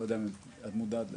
אני לא יודע אם את מודעת לזה.